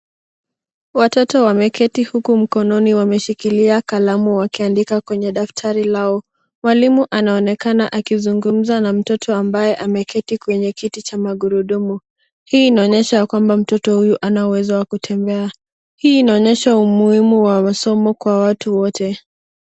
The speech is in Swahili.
Watoto wameketi huku mkononi wameshikilia kalamu wakiandika kwenye daftari lao. Mwalimu anaonekana akizungumza na mtoto ambaye ameketi kwenye kiti cha magurudumu. Hii inaonyesha ya kwamba mtoto huyo hana uwezo wa kutembea. Hii inaonyesha umuhimu wa masomo kwa watu wote.